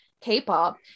k-pop